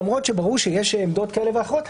למרות שברור שיש עמדות כאלה ואחרות,